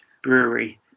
Brewery